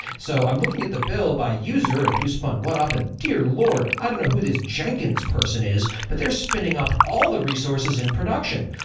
so i'm looking at the bill by user and who spun what up, and dear lord, i don't know who this jenkins person is, but they're spinning up all the resources in production,